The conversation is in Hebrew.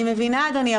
אני מבינה אדוני,